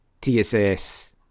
TSS